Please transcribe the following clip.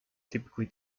typically